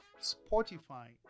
Spotify